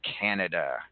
Canada